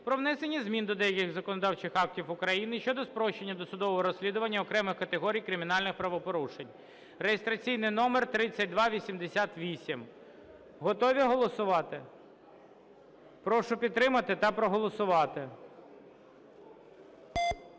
"Про внесення змін до деяких законодавчих актів України щодо спрощення досудового розслідування окремих категорій кримінальних правопорушень" (реєстраційний номер 3288). Готові голосувати? Прошу підтримати та проголосувати.